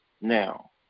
now